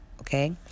Okay